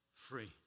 free